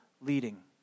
leading